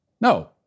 no